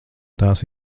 tās